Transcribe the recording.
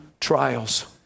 trials